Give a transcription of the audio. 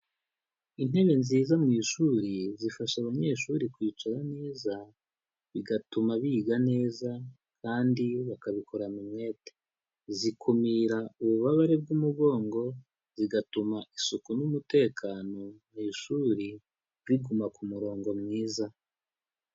Intebe nziza mu ishuri, zifasha abanyeshuri kwicara neza, bigatuma biga neza, kandi, bakabikorana umwete. Zikumira ububabare bw'umugongo. Zigatuma isuku n'umutekano mu ishuri, biguma ku murongo mwiza.